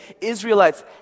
Israelites